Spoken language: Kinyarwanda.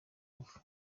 ngufu